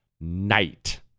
night